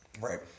right